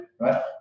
right